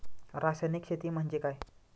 रासायनिक शेती म्हणजे काय?